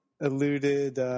eluded